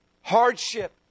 hardship